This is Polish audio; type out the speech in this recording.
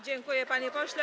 Dziękuję, panie pośle.